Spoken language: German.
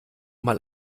mal